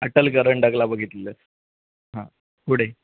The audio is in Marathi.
अटल करंडकला बघितलेलं हां पुढे